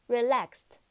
Relaxed